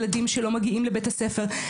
ילדים שלא מגיעים לבית הספר,